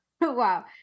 Wow